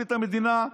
פרקליט המדינה,